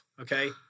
Okay